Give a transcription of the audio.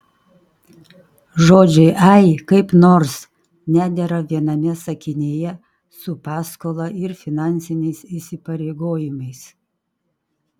žodžiai ai kaip nors nedera viename sakinyje su paskola ir finansiniais įsipareigojimais